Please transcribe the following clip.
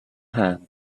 hand